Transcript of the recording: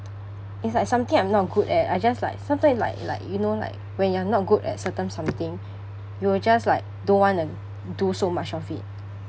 if I something I'm not good at I just like sometimes like like you know like when you're not good at certain something you'll just like don't wanna do so much of it